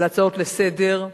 על הצעות לסדר-היום,